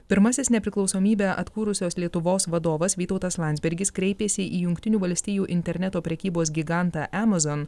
pirmasis nepriklausomybę atkūrusios lietuvos vadovas vytautas landsbergis kreipėsi į jungtinių valstijų interneto prekybos gigantą amazon